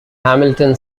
hamilton